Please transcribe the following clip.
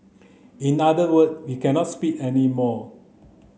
in other word we cannot speak anymore